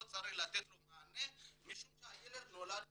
לא צריך לתת לו מענה משום שהילד נולד פה.